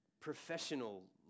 professional